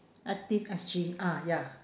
active S_G ah ya